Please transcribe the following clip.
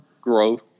growth